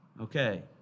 Okay